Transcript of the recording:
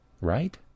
right